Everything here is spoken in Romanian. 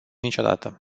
niciodată